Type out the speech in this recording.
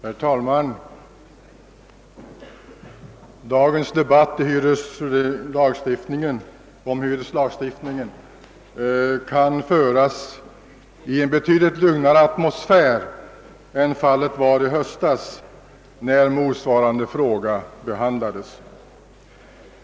Herr talman! Dagens debatt om hyreslagstiftningen kan föras i en betydligt lugnare atmosfär än debatten i höstas, när motsvarande fråga behandlades.